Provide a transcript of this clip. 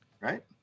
right